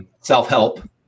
self-help